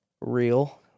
real